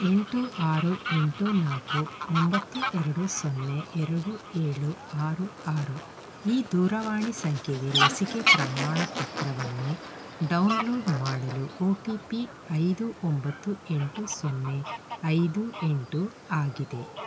ಎಂಟು ಆರು ಎಂಟು ನಾಲ್ಕು ಒಂಬತ್ತು ಎರಡು ಸೊನ್ನೆ ಎರಡು ಏಳು ಆರು ಆರು ಈ ದೂರವಾಣಿ ಸಂಖ್ಯೆಗೆ ಲಸಿಕೆ ಪ್ರಮಾಣಪತ್ರವನ್ನು ಡೌನ್ಲೋಡ್ ಮಾಡಲು ಒ ಟಿ ಪಿ ಐದು ಒಂಬತ್ತು ಎಂಟು ಸೊನ್ನೆ ಐದು ಎಂಟು ಆಗಿದೆ